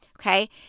Okay